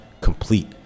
complete